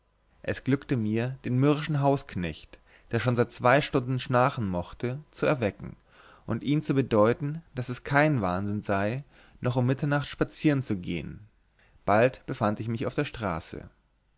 es glückte mir den mürrischen hausknecht der schon seit zwei stunden schnarchen mochte zu erwecken und ihn zu bedeuten daß es kein wahnsinn sei noch um mitternacht spazieren zu gehen bald befand ich mich auf der straße